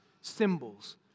symbols